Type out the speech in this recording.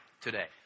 today